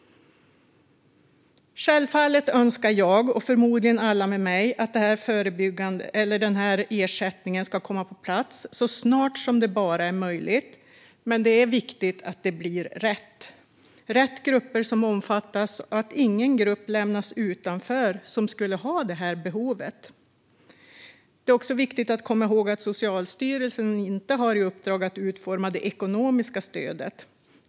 Självfallet önskar jag och förmodligen alla med mig att den här ersättningen ska komma på plats så snart som det bara är möjligt. Men det är viktigt att det blir rätt grupper som omfattas och att ingen grupp lämnas utanför som skulle ha behov av ersättningen. Det är också viktigt att komma ihåg att Socialstyrelsen inte har i uppdrag att utforma det ekonomiska stödet.